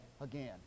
again